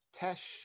Tesh